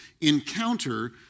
encounter